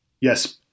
yes